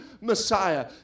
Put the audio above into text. Messiah